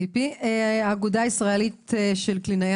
אגודה ישראלית של קלינאי